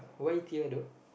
why tear though